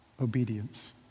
Obedience